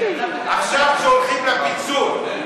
עכשיו כשהולכים לפיצול,